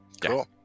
Cool